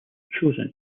chosen